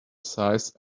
size